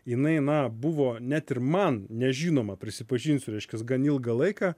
jinai na buvo net ir man nežinoma prisipažinsiu reiškias gan ilgą laiką